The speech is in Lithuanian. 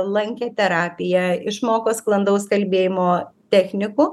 lankė terapiją išmoko sklandaus kalbėjimo technikų